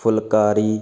phulkari